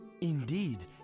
Indeed